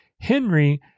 Henry